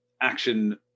action